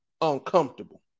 uncomfortable